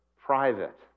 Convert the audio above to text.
private